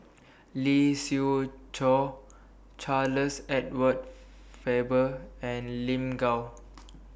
Lee Siew Choh Charles Edward Faber and Lin Gao